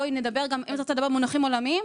אם את רוצה לדבר במונחים עולמיים,